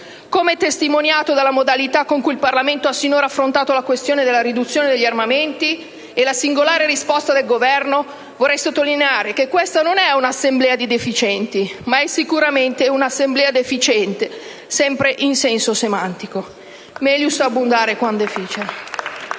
come testimoniato dalla modalità con cui il Parlamento ha sinora affrontato la questione della riduzione degli armamenti e dalla singolare risposta del Governo. Vorrei sottolineare che questa non è un'Assemblea di deficienti, ma è sicuramente un'Assemblea deficiente, sempre in senso semantico. *Melius abundare quam deficere*.